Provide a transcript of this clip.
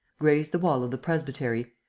grazed the wall of the presbytery,